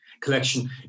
collection